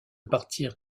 partir